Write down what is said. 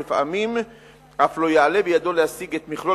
ולפעמים אף לא יעלה בידו להשיג את מכלול